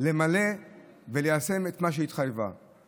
הכנסת הזאת צריכה למלא וליישם את מה שהיא התחייבה לציבור.